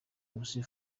nkusi